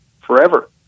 forever